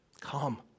Come